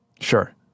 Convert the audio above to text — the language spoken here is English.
Sure